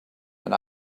and